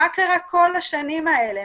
מה קרה כל השנים האלה?